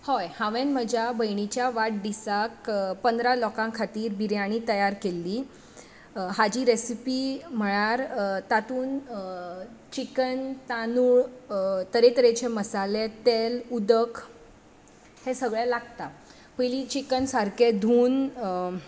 हय हांवेन म्हज्या भयणीच्या वाडडिसाक पंदरा लोकां खातीर बिर्याणी तयार केल्ली हाजी रॅसिपी म्हळ्यार तातूंत चिकन तांदूळ तरे तरेचे मसाले तेल उदक हें सगळें लागता पयलीं चिकन सारकें धुवन